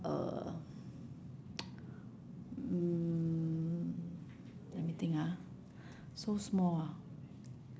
uh mm let me think ah so small ah